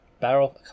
barrel